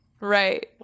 Right